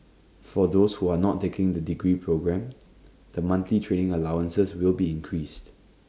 for those who are not taking the degree programme the monthly training allowances will be increased